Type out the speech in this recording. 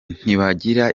ntibagira